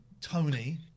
Tony